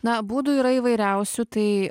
na būdų yra įvairiausių tai